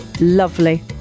lovely